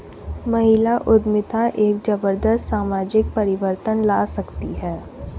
महिला उद्यमिता एक जबरदस्त सामाजिक परिवर्तन ला सकती है